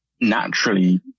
naturally